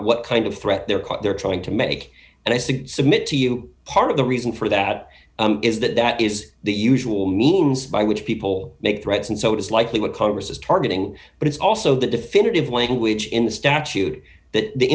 what kind of threat they're quite they're trying to make and i suggest submit to you part of the reason for that is that that is the usual means by which people make threats and so it is likely what congress is targeting but it's also the definitive language in the statute that the